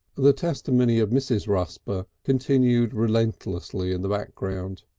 the testimony of mrs. rusper continued relentlessly in the background.